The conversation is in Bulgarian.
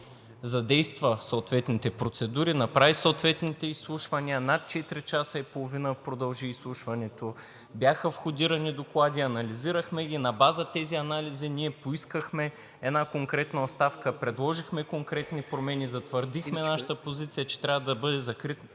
задейства съответните процедури, направи съответните изслушвания, над четири часа и половина продължи изслушването. Бяха входирани доклади, анализирахме ги. На база тези анализи ние поискахме една конкретна оставка. Предложихме конкретни промени. Затвърдихме нашата позиция, че трябва да бъде закрит